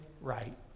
right